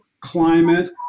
climate